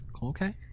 Okay